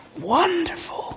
wonderful